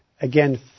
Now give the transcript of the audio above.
again